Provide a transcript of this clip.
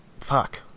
fuck